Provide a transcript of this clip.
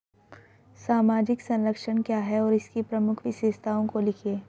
सामाजिक संरक्षण क्या है और इसकी प्रमुख विशेषताओं को लिखिए?